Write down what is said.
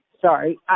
Sorry